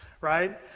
right